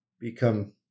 become